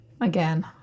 again